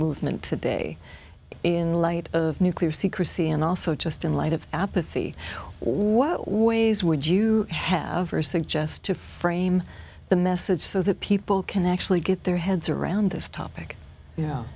movement today in the light of nuclear secrecy and also just in light of apathy or what ways would you have or suggest to frame the message so that people can actually get their heads around this topic y